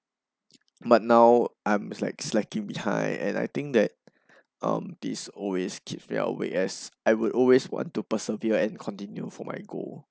but now I'm like slacking behind and I think that um this always keeps me awake as I would always want to persevere and continue for my goal